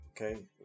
Okay